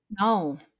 No